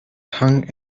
hung